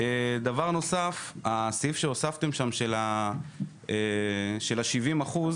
דבר נוסף: הסעיף שהוספתם שם, של ה-70 אחוז